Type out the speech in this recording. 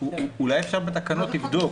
אולי אפשר לבדוק בתקנות.